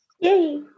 yay